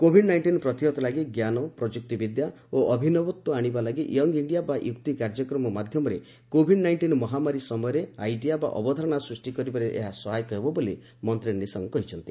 Covid nineteen ପ୍ରତିହତ ଲାଗି ଞ୍ଜାନ ପ୍ରଯୁକ୍ତିବିଦ୍ୟା ଓ ଅଭିନବତ୍ୱ ଆଣିବା ଲାଗି ୟଙ୍ଗ ଇଣ୍ଡିଆ ବା ୟୁକ୍ତି କାର୍ଯ୍ୟକ୍ରମ ମାଧ୍ୟମରେ କୋଭିଡ୍ ନାଇଷ୍ଟିନ୍ ମହାମାରୀ ସମୟରେ ଆଇଡିଆ ବା ଅବଧାରଣା ସୃଷ୍ଟି କରିବାରେ ସହାୟକ ହେବ ବୋଲି ମନ୍ତ୍ରୀ ନିଶଙ୍କ କହିଛନ୍ତି